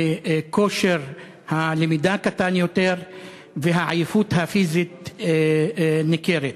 כושר הלמידה קטן יותר והעייפות הפיזית ניכרת.